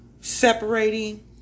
separating